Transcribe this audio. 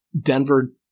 Denver